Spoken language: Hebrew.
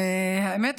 האמת,